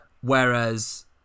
Whereas